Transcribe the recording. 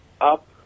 up